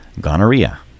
gonorrhea